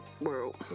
World